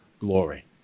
glory